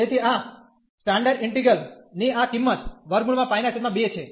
તેથી આ standard integral ની આ કિંમત √π2 છે